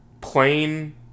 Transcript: plain